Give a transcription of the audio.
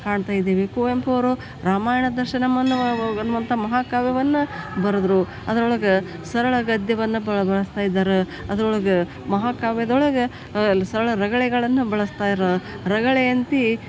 ಕಾಣ್ತಾ ಇದೀವಿ ಕುವೆಂಪು ಅವರು ರಾಮಾಯಣ ದರ್ಶನಂ ಅನ್ನುವ ವ ಅನ್ನುವಂಥ ಮಹಾಕಾವ್ಯವನ್ನು ಬರೆದ್ರು ಅದರೊಳಗೆ ಸರಳ ಗದ್ಯವನ್ನು ಬಳ ಬಳಸ್ತಾ ಇದ್ದಾರೆ ಅದರೊಳಗೆ ಮಹಾಕಾವ್ಯದೊಳಗೆ ಸರಳ ರಗಳೆಗಳನ್ನು ಬಳಸ್ತಾರೆ ರಗಳೆ ಅಂತೂ